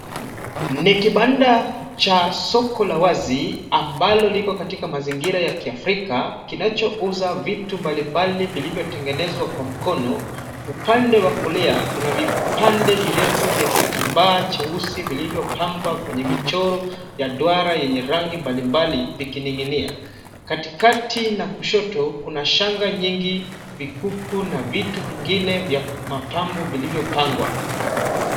Nikibanda, cha soko la wazi ambalo liko katika mazingira ya Kiafrika, kinachouza vitu mbalimbali vilivyotengenezwa kwa mkono, upande wa kulia kuna vipande virefu vya kitambaa cheusi vilivyopambwa kwenye michoro ya duara yenye rangi mbalimbali vikining'inia. Katikati na kushoto kuna shanga nyingi vikuku na vitu vingine vya mapambo vilivyopangwa.